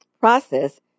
process